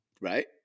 right